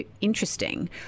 interesting